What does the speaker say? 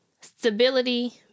Stability